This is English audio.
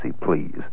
please